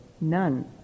None